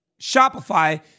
Shopify